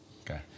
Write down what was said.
Okay